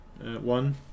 one